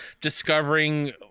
Discovering